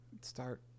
start